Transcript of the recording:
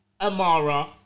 Amara